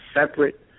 separate